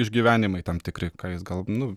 išgyvenimai tam tikri ką jis gal nu